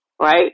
Right